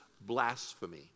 blasphemy